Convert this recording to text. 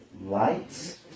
lights